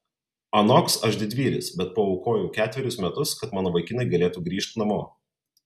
anoks aš didvyris bet paaukojau ketverius metus kad mano vaikinai galėtų grįžt namo